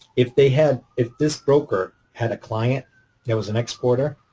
if they had if this broker had a client that was an exporter,